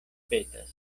petas